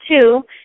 two